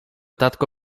tatko